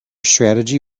strategy